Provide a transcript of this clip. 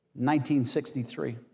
1963